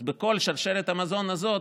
אז בכל שרשרת המזון הזאת,